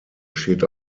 steht